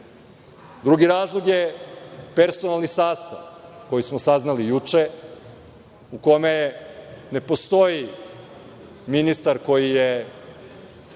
ove. Drugi razlog je personalni sastav, koji smo saznali juče, u kome ne postoji ministar koji je